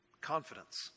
Confidence